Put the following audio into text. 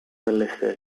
melissa